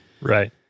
Right